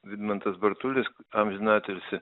vidmantas bartulis amžinatilsį